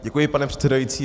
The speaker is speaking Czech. Děkuji, pane předsedající.